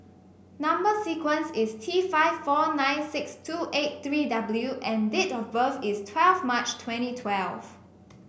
number sequence is T five four nine six two eight three W and date of birth is twelfth March twenty twelve